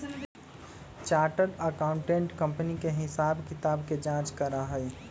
chartered accountant company के हिसाब किताब के जाँच करा हई